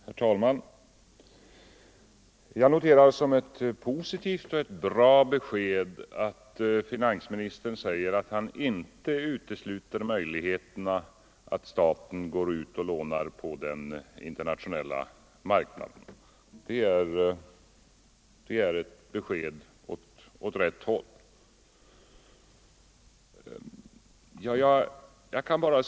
Herr talman! Jag noterar som ett positivt och bra besked att finansministern nu säger att han inte utesluter möjligheterna att staten får gå ut och låna på den internationella marknaden. Det är besked åt rätt håll.